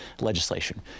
legislation